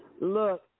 Look